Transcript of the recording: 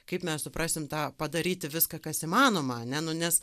kaip mes suprasim tą padaryti viską kas įmanoma ne nu nes